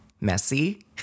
Messy